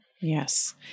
Yes